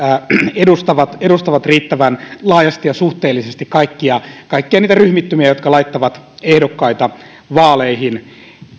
edustavat edustavat riittävän laajasti ja suhteellisesti kaikkia niitä ryhmittymiä jotka laittavat ehdokkaita vaaleihin